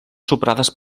superades